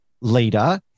leader